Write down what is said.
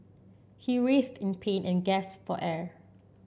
he writhed in pain and gasped for air